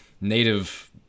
native